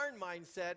mindset